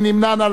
מי נמנע?